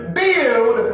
build